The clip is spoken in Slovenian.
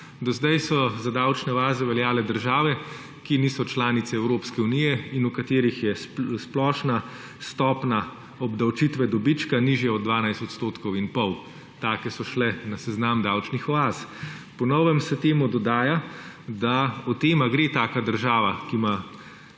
Do zdaj so za davčne oaze veljale države, ki niso članice Evropske unije in v katerih je splošna stopnja obdavčitve dobička nižja od 12,5 %. Takšne so šle na seznam davčnih oaz. Po novem se temu dodaja, da o tem, ali gre takšna država, ki ima